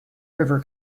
river